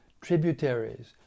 tributaries